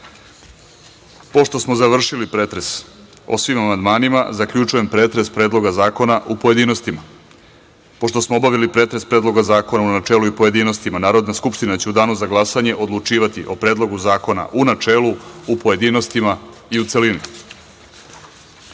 (Ne)Pošto smo završili pretres o svim amandmanima, zaključujem pretres predloga zakona u pojedinostima. Pošto smo obavili pretres Predloga zakona u načelu i u pojedinostima, Narodna skupština će u Danu za glasanje odlučivati o Predlogu zakona u načelu, pojedinostima i u